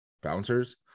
bouncers